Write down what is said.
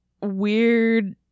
weird